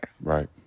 Right